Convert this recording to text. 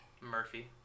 Murphy